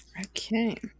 okay